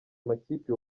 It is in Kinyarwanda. amakipe